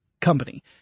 company